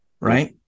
Right